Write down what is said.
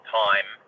time